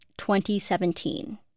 2017